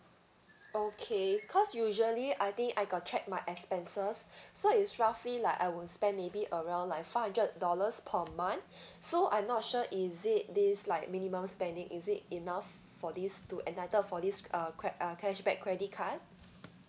okay cause usually I think I got check my expenses so it's roughly like I would spend maybe around like five hundred dollars per month so I'm not sure is it this like minimum spending is it enough for this to entitle for this uh quite uh cashback credit card